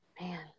man